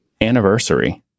anniversary